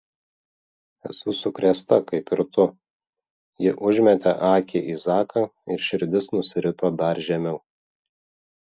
esu sukrėsta kaip ir tu ji užmetė akį į zaką ir širdis nusirito dar žemiau